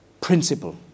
principle